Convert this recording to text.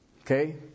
okay